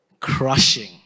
crushing